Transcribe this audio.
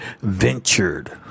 ventured